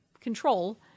control